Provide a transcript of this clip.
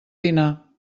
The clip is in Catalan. dinar